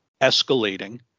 escalating